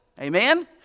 Amen